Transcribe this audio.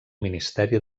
ministeri